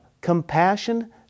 compassion